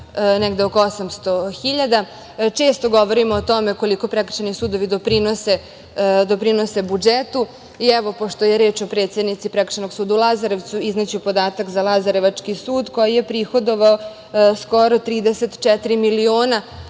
negde oko 800 hiljada. Često govorimo o tome koliko prekršajni sudovi doprinose budžetu i, evo, pošto je reč o predsednici Prekršajnog suda u Lazarevcu, izneću podatak za lazarevački sud, koji je prihodovao skoro 34 miliona